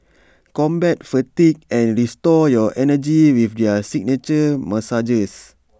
combat fatigue and restore your energy with their signature massages